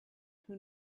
who